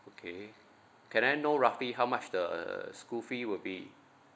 okay can I know roughly how much the school fee will be